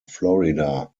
florida